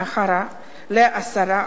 ל-10%.